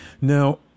Now